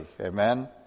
Amen